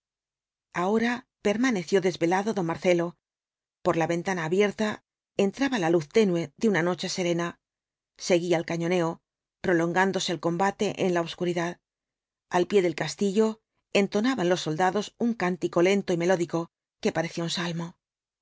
ahora permaneció desvelado don marcelo por la ventana abierta entraba la luz tenue de una noche serena seguía el cañoneo prolongándose el combate en la obscuridad al pie del castillo entonaban los soldados un cántico lento y melódico que parecía un salmo